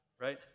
Right